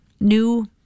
new